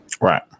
Right